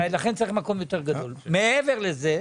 מעבר לזה,